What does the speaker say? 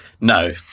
No